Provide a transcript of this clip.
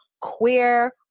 queer